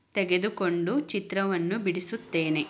ತೆಗೆದುಕೊಂಡು ಚಿತ್ರವನ್ನು ಬಿಡಿಸುತ್ತೇನೆ